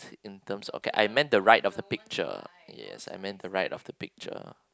in terms okay I meant the right of the picture yes I meant the right of the picture